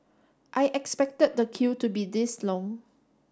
I expected the queue to be this long